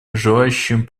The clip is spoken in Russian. желающим